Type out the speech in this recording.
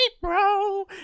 bro